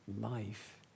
life